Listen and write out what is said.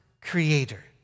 creator